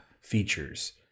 features